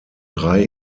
drei